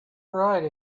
right